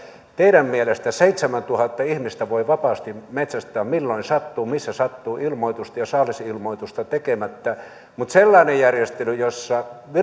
teidän mielestänne seitsemäntuhatta ihmistä voi vapaasti metsästää milloin sattuu missä sattuu ilmoitusta ja saalisilmoitusta tekemättä sellainen järjestely jossa